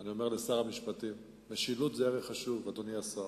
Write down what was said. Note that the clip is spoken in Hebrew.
אני אומר לשר המשפטים: אדוני השר,